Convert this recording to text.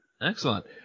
Excellent